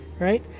right